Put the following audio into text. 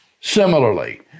Similarly